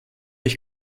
ich